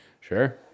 Sure